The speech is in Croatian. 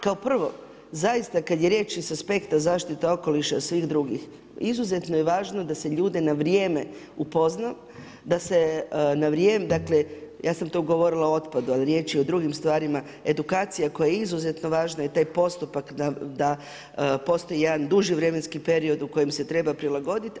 Kao prvo, zaista kada je riječ sa aspekta zaštite okoliša svih drugih, izuzetno je važno da se ljude na vrijeme upozna, dakle ja sam to govorila o otpadu, ali riječ je i o drugim stvarima, edukacija koja je izuzetno važna i taj postupak da postoji jedan duži vremenski period u kojem se treba prilagoditi.